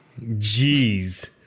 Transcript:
Jeez